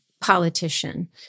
politician